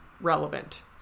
relevant